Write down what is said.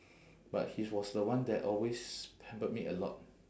but he was the one that always pampered me a lot